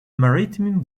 maritime